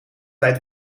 tijd